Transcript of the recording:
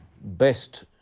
best